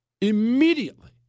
immediately